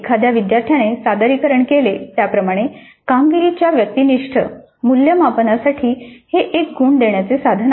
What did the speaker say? एखाद्या विद्यार्थ्याने सादरीकरण केले त्याप्रमाणे कामगिरीच्या व्यक्तिनिष्ठ मूल्यमापनासाठी हे एक गुण देण्याचे साधन आहे